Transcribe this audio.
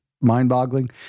mind-boggling